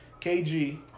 KG